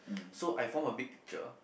so I form a big picture